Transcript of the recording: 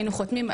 היינו חותמים,